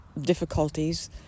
difficulties